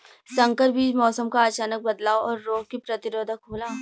संकर बीज मौसम क अचानक बदलाव और रोग के प्रतिरोधक होला